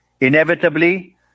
inevitably